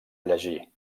llegir